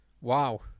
wow